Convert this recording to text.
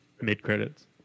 mid-credits